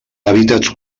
hàbitats